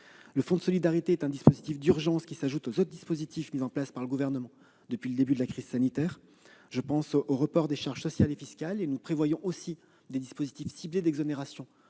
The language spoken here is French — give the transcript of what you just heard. Le fonds de solidarité est un dispositif d'urgence qui s'ajoute aux autres dispositifs mis en place par le Gouvernement depuis le début de la crise sanitaire, notamment le report des charges sociales et fiscales, les dispositifs ciblés d'exonération